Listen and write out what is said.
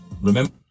remember